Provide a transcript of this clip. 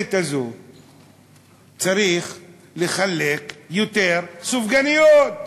ההולדת הזה צריך לחלק יותר סופגניות,